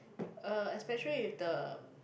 uh especially with the